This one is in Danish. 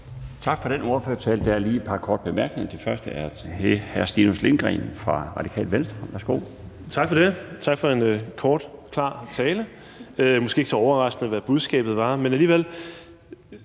Tak for den ordførertale. Der er lige et par korte bemærkninger. Den første er til hr. Stinus Lindgreen fra Radikale Venstre. Værsgo. Kl. 13:53 Stinus Lindgreen (RV): Tak for det. Tak for en kort, klar tale – det var måske ikke så overraskende, hvad budskabet var, men alligevel.